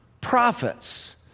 Prophets